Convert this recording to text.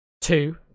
Two